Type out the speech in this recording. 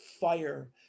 fire